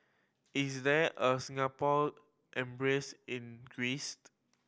is there a Singapore Embassy in Greece